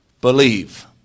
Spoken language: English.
believe